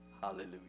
Hallelujah